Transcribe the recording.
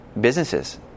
businesses